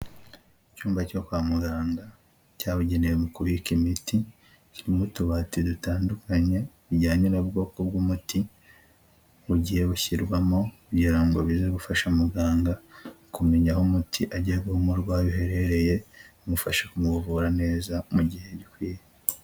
Icyumba cyo kwa muganga cyabugenewe mu kubika imiti, kiririmo utubati dutandukanye bijyanye e n'ubwoko bw'umuti bugiye gushyirwamo kugira ngo bize gufasha muganga kumenya aho umuti agiye guha umurwayi iherereye bimufasha kumuvura neza mu gihe gikwiye.